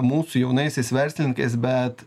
mūsų jaunaisiais verslininkais bet